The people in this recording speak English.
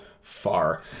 far